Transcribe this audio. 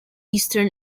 eastern